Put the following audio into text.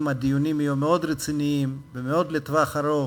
שאם הדיונים יהיו מאוד רציניים ומאוד לטווח ארוך,